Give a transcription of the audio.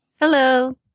Hello